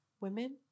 women